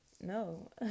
no